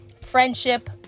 friendship